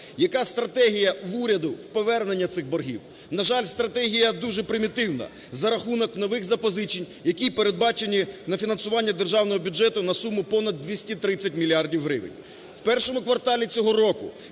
Яка стратегія в уряду в повернення цих боргів? На жаль, стратегія дуже примітивна: за рахунок нових запозичень, які і передбачені на фінансування державного бюджету на суму понад 230 мільярдів гривень. В І кварталі цього року